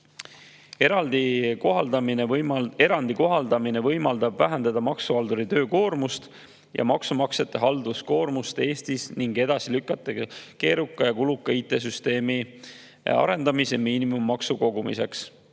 Erandi kohaldamine võimaldab vähendada maksuhalduri töökoormust ja maksumaksjate halduskoormust Eestis ning edasi lükata keeruka ja kuluka IT-süsteemi arendamist miinimummaksu kogumiseks.